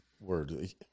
word